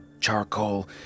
charcoal